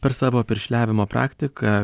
per savo piršliavimo praktiką